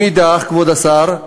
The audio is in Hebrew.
מאידך, כבוד השר,